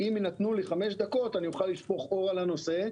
אם יינתנו לי חמש דקות אני אוכל לשפוך אור על הנושא.